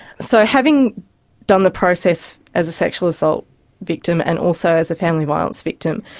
so having done the process as a sexual assault victim and also as a family violence victim,